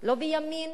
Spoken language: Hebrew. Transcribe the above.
לא בימין